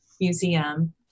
museum